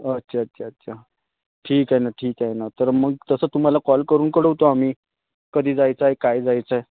अच्छा अच्छा अच्छा ठीक आहे ना ठीक आहे ना तर मग तसं तुम्हाला कॉल करून कळवतो आम्ही कधी जायचं आहे काय जायचं आहे